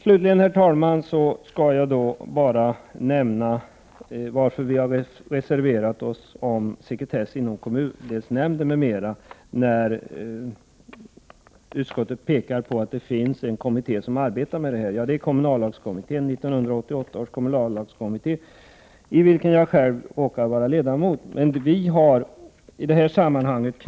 Slutligen, herr talman, skall jag bara nämna varför vi har reserverat oss för sekretess inom kommundelsnämnder m.m. , trots att utskottet pekar på att en kommitté redan arbetar med det här. Det är 1988 års kommunallagskom mitté, som jag själv råkar vara ledamot av. Vi har i det här sammanhanget Prot.